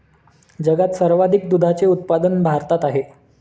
जगात सर्वाधिक दुधाचे उत्पादन भारतात आहे